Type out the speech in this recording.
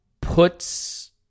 puts